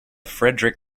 fredrik